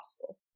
possible